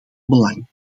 belang